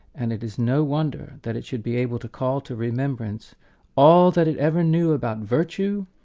and it is no wonder that it should be able to call to remembrance all that it ever knew about virtue,